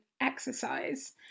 exercise